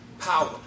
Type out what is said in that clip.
power